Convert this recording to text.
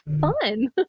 fun